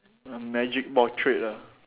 a magic portrait ah